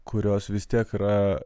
kurios vis tiek yra